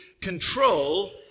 control